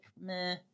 meh